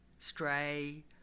stray